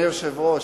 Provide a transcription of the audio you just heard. היושב-ראש,